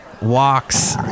Walks